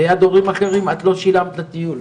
ליד הורים אחרים את לא שילמת לטיול,